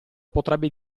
potrebbe